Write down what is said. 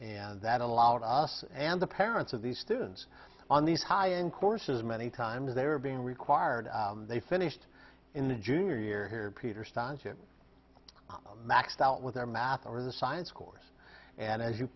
and that allowed us and the parents of these students on these high end courses many times they were being required they finished in the junior year here peter sanjit maxed out with their math or the science course and as you